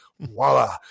Voila